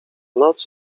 noc